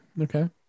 Okay